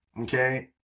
Okay